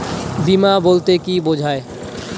বিমা বলতে কি বোঝায়?